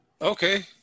Okay